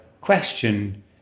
question